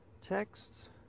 texts